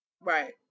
Right